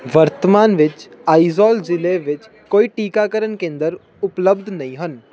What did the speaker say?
ਵਰਤਮਾਨ ਵਿੱਚ ਆਈਜ਼ੌਲ ਜ਼ਿਲ੍ਹੇ ਵਿੱਚ ਕੋਈ ਟੀਕਾਕਰਨ ਕੇਂਦਰ ਉਪਲਬਧ ਨਹੀਂ ਹਨ